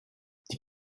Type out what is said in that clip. die